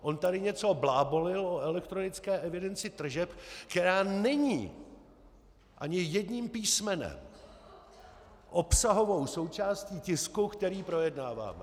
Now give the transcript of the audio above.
On tady něco blábolil o elektronické evidenci tržeb, která není ani jedním písmenem obsahovou součástí tisku, který projednáváme.